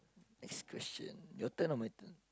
next question your turn or my turn